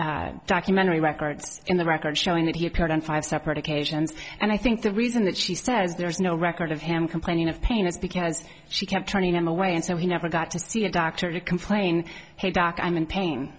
records documentary records in the records showing that he appeared on five separate occasions and i think the reason that she says there is no record of him complaining of pain is because she kept turning him away and so he never got to see a doctor to complain hey doc i'm in pain